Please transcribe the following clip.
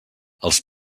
els